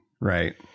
right